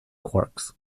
quarks